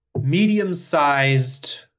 medium-sized